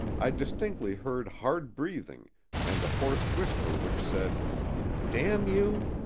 i distinctly heard hard breathing and a hoarse whisper which said damn you!